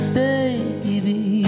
baby